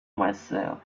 myself